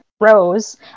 Rose